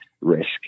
risk